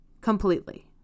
completely